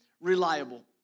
reliable